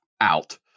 out